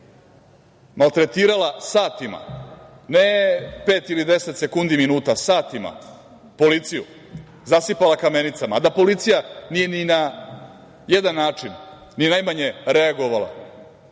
maltretirala satima, ne pet ili deset sekundi, satima policiju, zasipala kamenicama, a da policija nije ni na jedan način, ni najmanje reagovala